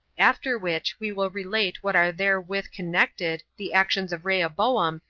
after which we will relate what are therewith connected, the actions of rehoboam,